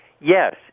yes